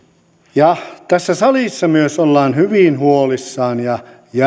myös tässä salissa ollaan hyvin huolissaan ja